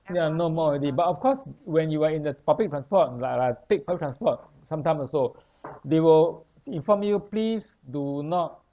ya no more already but of course when you are in the public transport like like take a transport sometime also they will inform you please do not